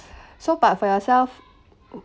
so but for yourself